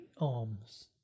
arms